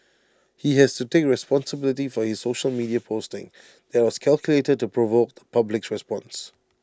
he has to take responsibility for his social media posting that was calculated to provoke the public's response